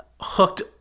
hooked